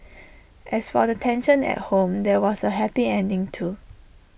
as for the tension at home there was A happy ending too